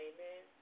Amen